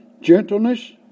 gentleness